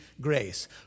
grace